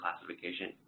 classification